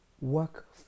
work